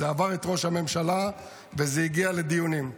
זה עבר את ראש הממשלה וזה הגיע לדיונים.